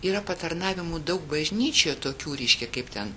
yra patarnavimų daug bažnyčioje tokių reiškia kaip ten